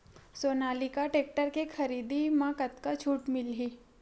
Sonalika tractor के खरीदी मा कतका छूट मीलही?